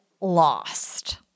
lost